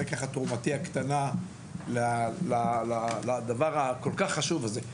זו תרומתי הקטנה לדבר הכל כך חשוב הזה.